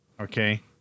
Okay